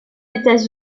états